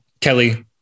Kelly